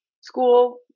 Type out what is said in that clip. school